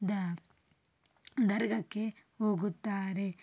the ದರ್ಗಕ್ಕೆ ಹೋಗುತ್ತಾರೆ